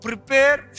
Prepare